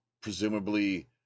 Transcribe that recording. presumably